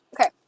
okay